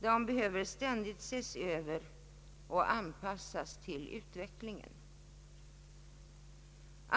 De behöver ständigt ses över och anpassas till utvecklingen. Statsverkspropositionen m.m.